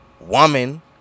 woman